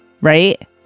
right